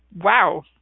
wow